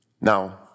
Now